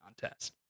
contest